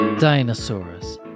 Dinosaurs